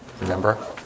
remember